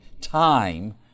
time